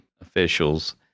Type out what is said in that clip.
officials